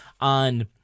on